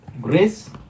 Grace